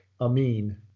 Amin